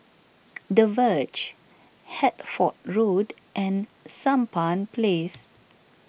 the Verge Hertford Road and Sampan Place